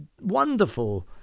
wonderful